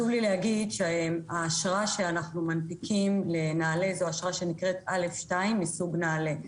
האשרה שאנו מנפיקים לנעל"ה נקראת א2 מסוג נעל"ה.